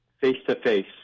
face-to-face